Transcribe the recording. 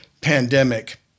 pandemic